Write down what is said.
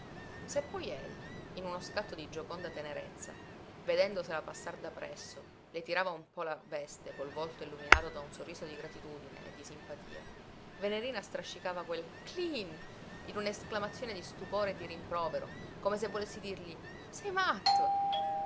se poi egli in uno scatto di gioconda tenerezza vedendosela passar da presso le tirava un po la veste col volto illuminato da un sorriso di gratitudine e di simpatia venerina strascicava quel cleen in una esclamazione di stupore e di rimprovero come se volesse dirgli sei matto